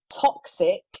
toxic